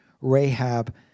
Rahab